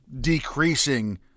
decreasing